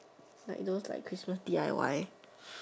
like those like Christmas D_I_Y